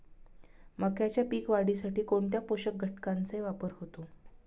मक्याच्या पीक वाढीसाठी कोणत्या पोषक घटकांचे वापर होतो?